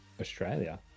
Australia